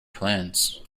plans